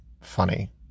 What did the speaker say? funny